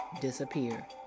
disappear